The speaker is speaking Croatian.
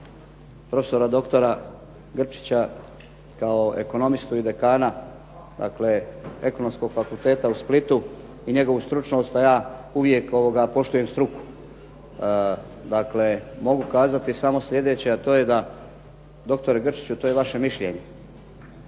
doktora Grčića kao ekonomistu i dekana Ekonomskog fakulteta u Splitu i njegovu stručnost, a ja uvijek poštujem struku. Mogu kazati samo sljedeće doktore Grčiću to je vaše mišljenje